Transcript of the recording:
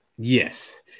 Yes